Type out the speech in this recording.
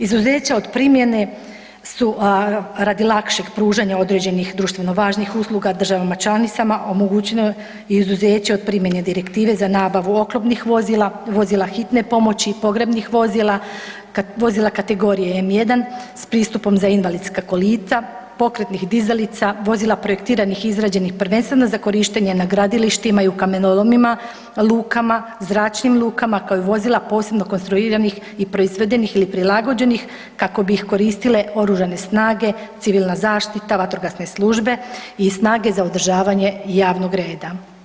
Izuzeća od primjene su radi lakšeg pružanja određenih društveno važnih usluga državama članicama omogućuje i izuzeće od primjene direktive za nabavu oklopnih vozila, vozila hitne pomoći, pogrebnih vozila, vozila kategorije M1 s pristupom za invalidska kolica, pokretnih dizalica, vozila projektiranih i izrađenih prvenstveno za korištenje na gradilištima i u kamenolomima, lukama, zračnim lukama kao i vozila posebno konstruiranih i proizvedenih ili prilagođenih kako bi ih koristile oružane snage, civilna zaštita, vatrogasne službe i snage za održavanje javnog reda.